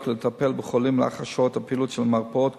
ולטפל בחולים לאחר שעות הפעילות של מרפאות קופות-חולים.